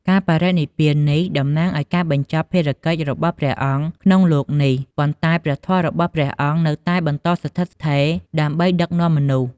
ការបរិនិព្វាននេះតំណាងឱ្យការបញ្ចប់ភារកិច្ចរបស់ព្រះអង្គក្នុងលោកនេះ ប៉ុន្តែព្រះធម៌របស់ព្រះអង្គនៅតែបន្តស្ថិតស្ថេរដើម្បីដឹកនាំមនុស្ស។